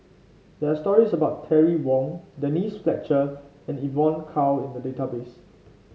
there stories about Terry Wong Denise Fletcher and Evon Kow in the database